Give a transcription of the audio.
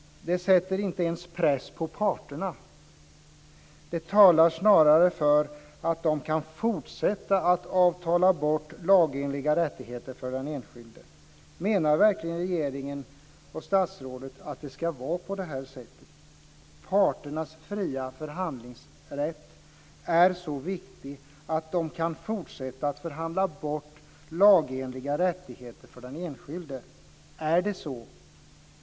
Det sätter inte ens press på parterna. Det talar snarare för att man kan fortsätta att avtala bort lagenliga rättigheter för den enskilde. Menar verkligen regeringen och statsrådet att det ska vara på det här sättet, att parternas fria förhandlingsrätt är så viktig att de kan fortsätta att förhandla bort lagenliga rättigheter för den enskilde? Är det så?